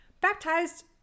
baptized